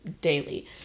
daily